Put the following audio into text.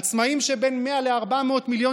גם עצמאים שהם בין 100 ל-400 מיליון